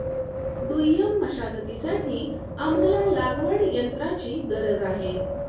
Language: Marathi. दुय्यम मशागतीसाठी आम्हाला लागवडयंत्राची गरज आहे